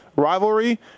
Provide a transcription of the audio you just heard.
rivalry